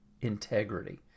integrity